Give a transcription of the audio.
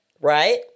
Right